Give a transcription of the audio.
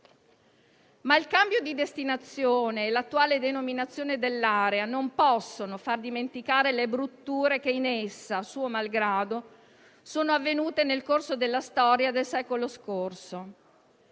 Il cambio di destinazione e l'attuale denominazione dell'area, tuttavia, non possono far dimenticare le brutture che in essa, suo malgrado, sono avvenute nel corso della storia del secolo scorso.